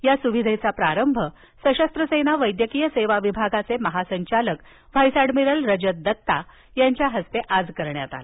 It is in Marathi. या सुविधेचा प्रारंभ सशस्त्र सेना वैद्यकीय सेवा विभागाचे महासंचालक व्हाईस एडमिरल रजत दत्ता यांच्या हस्ते करण्यात आला